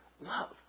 love